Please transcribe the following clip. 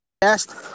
best